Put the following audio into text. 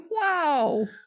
Wow